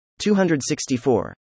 264